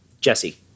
Jesse